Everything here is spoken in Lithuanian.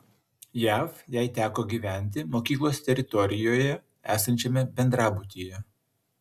jav jai teko gyventi mokyklos teritorijoje esančiame bendrabutyje